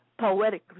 Poetic